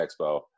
Expo